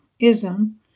ism